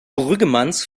brüggemanns